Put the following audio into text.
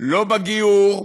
לא בגיור,